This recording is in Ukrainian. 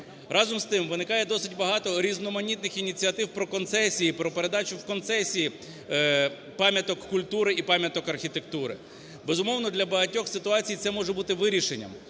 Разом з тим виникає досить багато різноманітних ініціатив про концесії, про передачу в концесії пам'яток культури і пам'яток архітектури. Безумовно, для багатьох ситуацій це може бути вирішенням.